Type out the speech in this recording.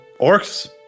orcs